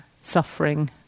suffering